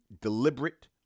deliberate